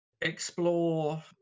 Explore